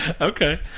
okay